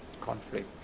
Conflict